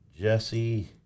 Jesse